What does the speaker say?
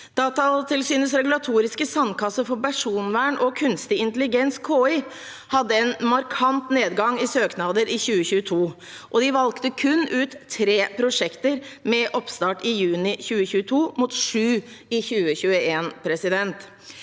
Datatilsynets regulatoriske sandkasse for personvern og kunstig intelligens, KI, hadde en markant nedgang i søknader i 2022, og de valgte kun ut tre prosjekter, med oppstart i juni 2022, mot sju i 2021. Det